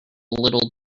little